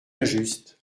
injuste